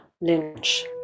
Lynch